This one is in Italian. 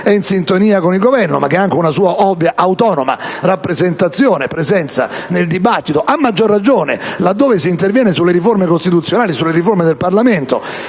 in sintonia con il Governo, però ha anche una sua autonoma rappresentazione e presenza nel dibattito, a maggior ragione laddove si interviene sulle riforme costituzionali e del Parlamento,